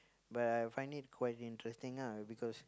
but I find it quite interesting ah because